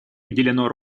уделено